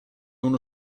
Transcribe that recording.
uno